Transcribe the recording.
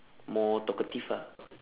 more talkative ah